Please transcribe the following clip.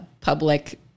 public